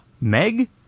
Meg